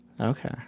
Okay